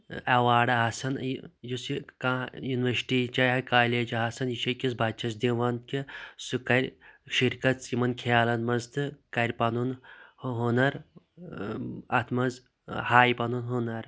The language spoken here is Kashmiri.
ایوارڑ آسان یہِ یُس یہِ کانٛہہ یونیورسِٹی چاہے کالیج چھُ آسان یہِ چھُ أکِس بَچَس دِوان کہِ سُہ کَر شِرکَت یِمَن کھیلَن منٛز تہٕ کَرِ پَنُن ہُنَر اَتھ منٛز ہایہِ پَنُن ہُنَر